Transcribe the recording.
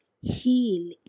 heal